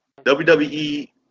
WWE